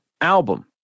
album